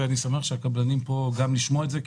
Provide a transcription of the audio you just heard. ואני שמח שהקבלנים נמצאים פה גם לשמוע את זה.